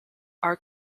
are